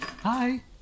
Hi